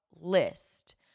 list